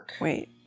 Wait